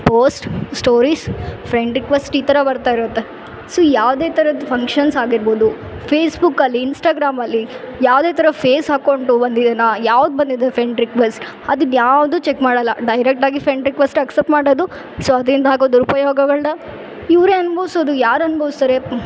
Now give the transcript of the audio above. post stories friend request ಈ ಥರ ಬರ್ತಾ ಇರುತ್ತೆ ಸೊ ಯಾವುದೇ ಥರದ್ ಫಂಕ್ಷನ್ಸ್ ಆಗಿರ್ಬೋದು ಫೇಸ್ಬುಕಲ್ಲಿ ಇನ್ಸ್ಟಾಗ್ರಾಮಲ್ಲಿ ಯಾವುದೇ ಥರ ಫೇಸ್ ಹಾಕೊಂಡು ಒಂದು ಏನು ಯಾವ್ದು ಬಂದಿದೆ ಫೆಂಡ್ ರಿಕ್ವೆಸ್ಟ್ ಅದಕ್ಕೆ ಯಾವುದು ಚೆಕ್ ಮಾಡೋಲ್ಲ ಡೈರೆಕ್ಟಾಗಿ ಫ್ರೆಂಡ್ ರಿಕ್ವೆಸ್ಟ್ ಅಕ್ಸೆಪ್ಟ್ ಮಾಡೋದು ಸೊ ಅದ್ರಿಂದ ಆಗೋ ದುರುಪಯೋಗಗಳ್ನ ಇವರೆ ಅನ್ಬೋಸೋದು ಯಾರು ಅನ್ಬೌಸ್ತಾರೆ